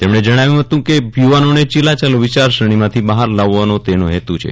તેમણે જણાવ્યું હતું કે યુવાનોને ચીલાચાલુ વિચારસરણીમાંથી બહાર લાવવાનો તેનો હેતુ છે